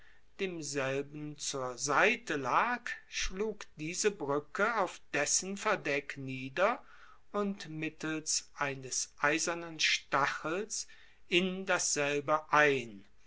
demselben zur seite lag schlug diese bruecke auf dessen verdeck nieder und mittels eines eisernen stachels in dasselbe ein